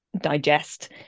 digest